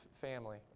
family